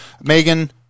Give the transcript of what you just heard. Megan